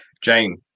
jane